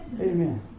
Amen